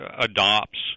adopts